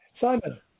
Simon